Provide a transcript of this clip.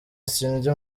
sindya